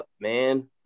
man